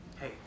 hey